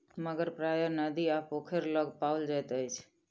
मगर प्रायः नदी आ पोखैर लग पाओल जाइत अछि